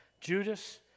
Judas